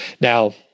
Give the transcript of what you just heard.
Now